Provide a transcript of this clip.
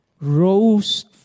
rose